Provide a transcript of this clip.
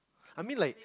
I mean like